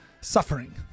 suffering